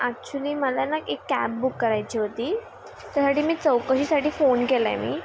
actually मला ना एक कॅब बुक करायची होती त्यासाठी मी चौकशीसाटी फोन केलंय मी